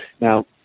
Now